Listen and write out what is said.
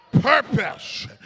purpose